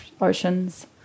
oceans